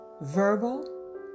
verbal